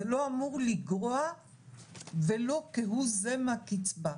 זה לא אמור לגרוע ולו כהוא זה מהקצבה.